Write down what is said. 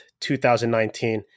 2019